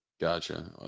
Gotcha